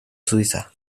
suiza